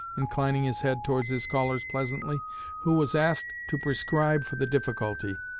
inclining his head towards his callers pleasantly who was asked to prescribe for the difficulty.